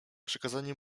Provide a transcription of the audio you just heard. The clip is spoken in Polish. przykazanie